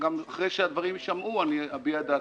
אחרי שהדברים יישמעו אני אביע את דעתי.